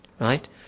Right